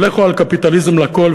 אבל לכו על קפיטליזם לכול,